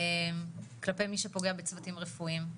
כלפי מי שפוגע בצוותים רפואיים.